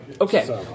Okay